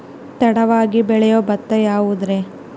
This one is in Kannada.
ತಡವಾಗಿ ಬೆಳಿಯೊ ಭತ್ತ ಯಾವುದ್ರೇ?